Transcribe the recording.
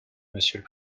monsieur